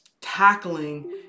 tackling